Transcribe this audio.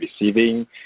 receiving